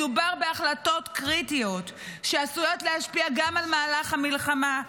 מדובר בהחלטות קריטיות שעשויות להשפיע גם על מהלך המלחמה,